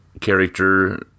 character